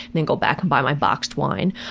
then go back and buy my boxed wine.